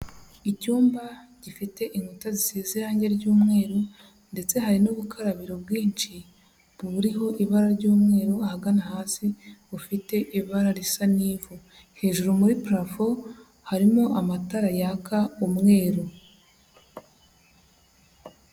Icyumba gifite inkuta zisize irange ry'umweru ndetse hari n'ubukarabiro bwinshi buriho ibara ry'umweru ahagana hasi bufite ibara risa n'ivu, hejuru muri parafo harimo amatara yaka umweru.